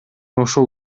ошол